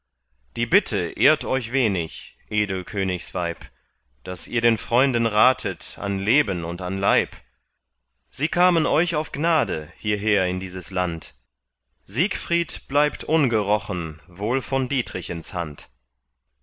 die bitte ehrt euch wenig edel königsweib daß ihr den freunden ratet an leben und an leib sie kamen euch auf gnade hierher in dieses land siegfried bleibt ungerochen wohl von dietrichens hand